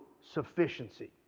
sufficiency